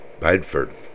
Bedford